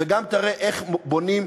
וגם תראה איך בונים,